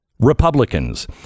Republicans